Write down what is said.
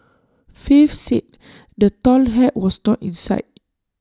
faith said the tall hat was not in sight